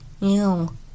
Ew